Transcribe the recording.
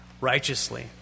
righteously